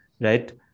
right